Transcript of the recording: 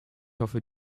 hoffe